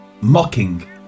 mocking